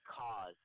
cause